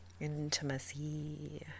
Intimacy